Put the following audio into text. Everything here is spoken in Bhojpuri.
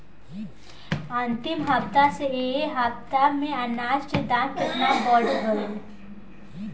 अंतिम हफ्ता से ए हफ्ता मे अनाज के दाम केतना बढ़ गएल?